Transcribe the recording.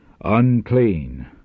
Unclean